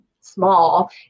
small